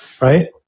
right